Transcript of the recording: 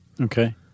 Okay